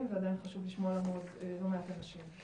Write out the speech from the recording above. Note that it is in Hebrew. ועדיין חשוב לנו לשמוע עוד לא מעט אנשים.